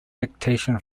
dictation